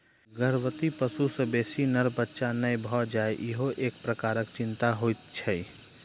गर्भवती पशु सॅ बेसी नर बच्चा नै भ जाय ईहो एक प्रकारक चिंता होइत छै